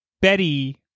Betty